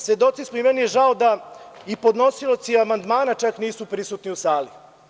Svedoci smo i meni je žao da i podnosioci amandmana čak nisu prisutni u sali.